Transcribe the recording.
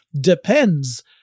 depends